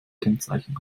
kennzeichen